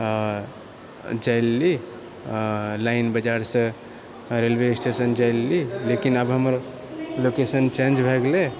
जाइलेली line बजारसँ railway station जाइलेली लेकिन अब हमर लोकेशन चेन्ज भऽ गेलै